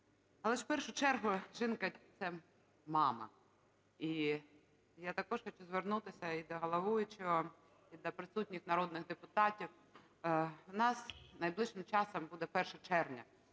Але ж в першу чергу жінка – це мама. І я також хочу звернутися і до головуючого, і до присутніх народних депутатів. У нас найближчим часом буде 1 червня